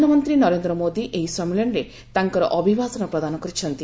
ପ୍ରଧାନମନ୍ତ୍ରୀ ନରେନ୍ଦ୍ର ମୋଦୀ ଏହି ସମ୍ମିଳନୀରେ ତାଙ୍କର ଅଭିଭାଷଣ ପ୍ରଦାନ କରିଛନ୍ତି